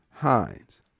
Hines